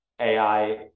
AI